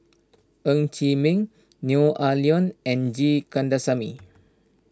Ng Chee Meng Neo Ah Luan and G Kandasamy